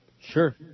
Sure